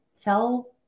tell